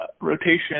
rotation